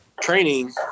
training